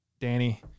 Danny